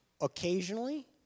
occasionally